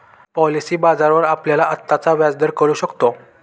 policy बाजारावर आपल्याला आत्ताचा व्याजदर कळू शकतो